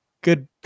good